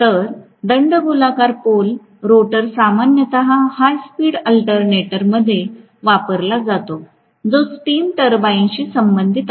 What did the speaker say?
तर दंडगोलाकार pole rotor सामान्यत हाय स्पीड अल्टरनेटरमध्ये वापरला जातो जो स्टीम टर्बाइनशी संबंधित आहे